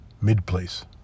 Mid-place